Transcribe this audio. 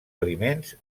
aliments